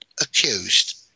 accused